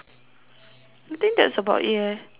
I think that's about it leh your crab